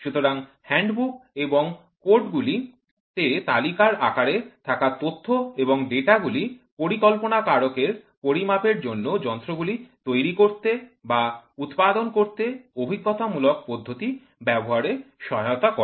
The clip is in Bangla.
সুতরাং হ্যান্ডবুক এবং কোডগুলি তে তালিকার আকারে থাকা তথ্য এবং ডেটা গুলি পরিকল্পনা কারকে পরিমাপের জন্য যন্ত্রগুলি তৈরি করতে বা উৎপাদন করতে অভিজ্ঞতামূলক পদ্ধতি ব্যবহারে সহায়তা করে